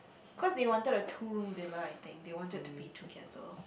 cause they wanted a two room Villa I think they wanted to be together